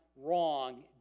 wrong